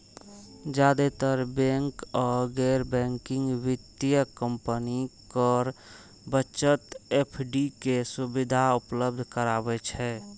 जादेतर बैंक आ गैर बैंकिंग वित्तीय कंपनी कर बचत एफ.डी के सुविधा उपलब्ध कराबै छै